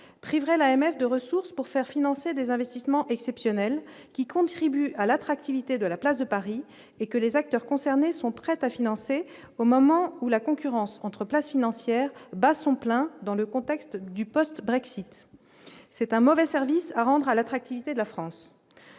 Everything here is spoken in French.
priverait la messe de ressources pour faire financer des investissements exceptionnels qui contribue à l'attractivité de la place de Paris et que les acteurs concernés sont prêtes à financer, au moment où la concurrence entre places financières bat son plein dans le contexte du poste Brexit c'est un mauvais service à rendre à l'attractivité de la France,